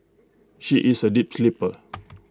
she is A deep sleeper